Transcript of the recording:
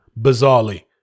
bizarrely